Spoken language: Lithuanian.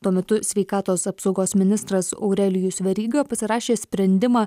tuo metu sveikatos apsaugos ministras aurelijus veryga pasirašė sprendimą